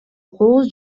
кооз